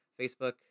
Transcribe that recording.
facebook